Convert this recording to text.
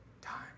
time